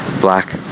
black